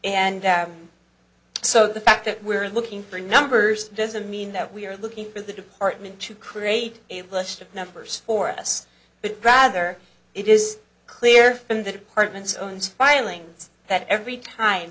and so the fact that we're looking for numbers doesn't mean that we are looking for the department to create a list of numbers for us but rather it is clear in the department's owns filings that every time